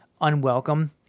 Unwelcome